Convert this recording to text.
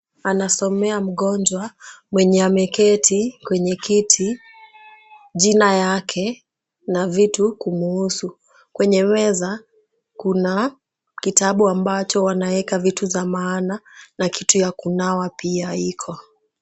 Anasomea mgonjwa mwenye ameketi kwenye kiti, jina lake, na vitu kumhusu. Kwenye meza kuna kitabu ambacho wanaeka vitu vya maana na kitu ya kunawa pia iko.